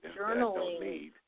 journaling